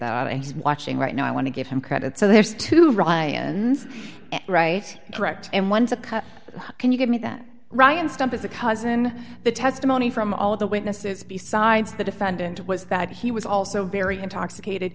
he's watching right now i want to give him credit so there's two ryans right correct and one to cut can you give me that ryan stump is a cousin the testimony from all of the witnesses besides the defendant was that he was also very intoxicated